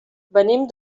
venim